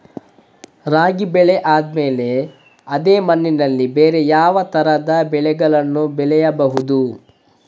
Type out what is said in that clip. ರಾಗಿ ಬೆಳೆ ಆದ್ಮೇಲೆ ಅದೇ ಮಣ್ಣಲ್ಲಿ ಬೇರೆ ಯಾವ ತರದ ಬೆಳೆಗಳನ್ನು ಬೆಳೆಯಬಹುದು?